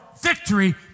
victory